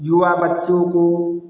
युवा बच्चों को